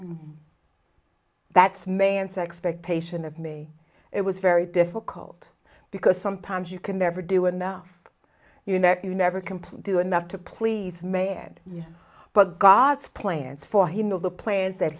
live that's mayence expectation of me it was very difficult because sometimes you can never do enough you know you never complain do enough to please man but god's plans for he know the plans that